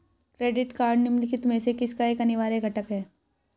Credit card निम्नलिखित में से किसका एक अनिवार्य घटक है?